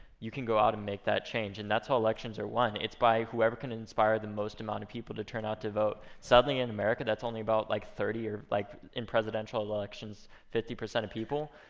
you can go out and make that change. and that's how elections are won. it's by whoever can inspire the most amount of people to turn out to vote. sadly, in america, that's only about like thirty, or like in presidential elections, fifty percent of people.